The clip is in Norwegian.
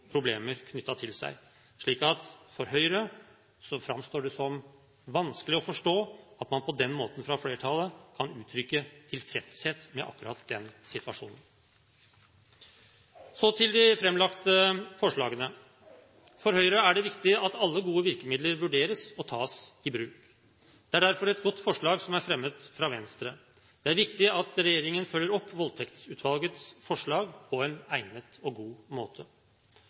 problemer knyttet til seg, slik at for Høyre framstår det som vanskelig å forstå at man på den måten fra flertallet kan uttrykke tilfredshet med akkurat den situasjonen. Så til de framlagte forslagene: For Høyre er det viktig at alle gode virkemidler vurderes og tas i bruk. Det er derfor et godt forslag som er fremmet fra Venstre. Det er viktig at regjeringen følger opp Voldtektsutvalgets forslag på en egnet og god måte.